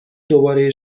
دوباره